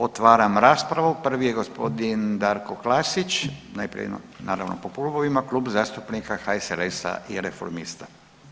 Otvaram raspravu, prvi je g. Darko Klasić, najprije naravno po klubovima, Kluba zastupnika HSLS-a i reformista.